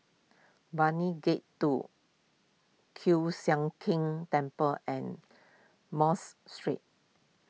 Brani Gate two Kiew Sian King Temple and Mos Street